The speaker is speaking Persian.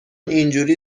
اینجوری